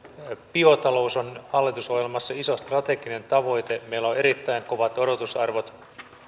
biotalous on hallitusohjelmassa iso strateginen tavoite meillä on on erittäin kovat odotusarvot